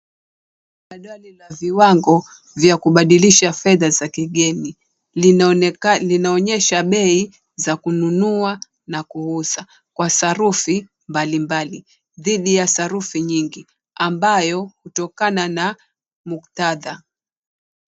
Jadwali la viwango vya kubadilisha fedha za kigeni linaonyesha bei za kununua na kuuza kwa sarufi mbalimbali dhidi ya sarufi nyingi ambayo hutokana na muktadha.